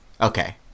Okay